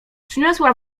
przyniosła